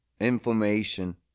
inflammation